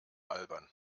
albern